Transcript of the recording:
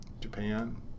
Japan